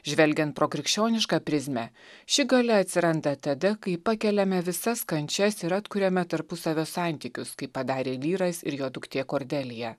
žvelgiant pro krikščionišką prizmę ši galia atsiranda tada kai pakeliame visas kančias ir atkuriame tarpusavio santykius kaip padarė vyras ir jo duktė kornelija